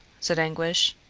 said anguish.